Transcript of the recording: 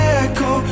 echo